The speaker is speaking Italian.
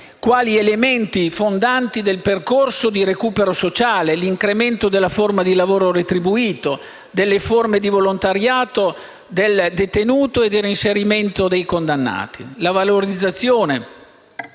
quali elementi fondanti del percorso di recupero sociale, l'incremento della forma di lavoro retribuito, delle forme di volontariato del detenuto e del reinserimento dei condannati, la valorizzazione